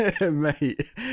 mate